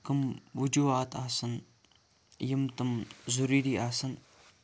کٕم وُجوٗہات آسَن یِم تِم ضروٗری آسَن